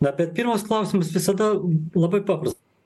na bet pirmas klausimas visada labai paprast